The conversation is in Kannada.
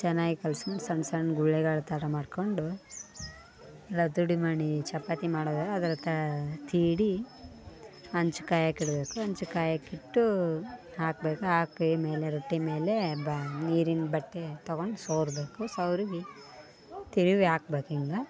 ಚೆನ್ನಾಗಿ ಕಲಸ್ಕೊಂಡ್ ಸಣ್ಣ ಸಣ್ಣ ಗುಳ್ಳೆಗಳ ಥರ ಮಾಡಿಕೊಂಡು ರತುಡಿ ಮಣೆ ಚಪಾತಿ ಮಾಡೋದ್ರಾಗ ಅದ್ರ ತಾ ತೀಡಿ ಹಂಚು ಕಾಯೋಕಿಡ್ಬೇಕು ಹಂಚು ಕಾಯೋಕಿಟ್ಟು ಹಾಕ್ಬೇಕು ಹಾಕಿ ಮೇಲೆ ರೊಟ್ಟಿ ಮೇಲೆ ನೀರಿನ ಬಟ್ಟೆ ತಗೊಂಡು ಸವ್ರಬೇಕು ಸವರಿ ತಿರುಗಿ ಹಾಕ್ಬೇಕು ಹಿಂಗಾ